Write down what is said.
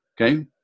Okay